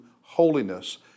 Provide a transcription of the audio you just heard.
holiness